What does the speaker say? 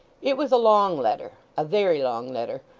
it was a long letter a very long letter,